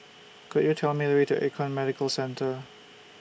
Could YOU Tell Me The Way to Econ Medicare Centre